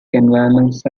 environments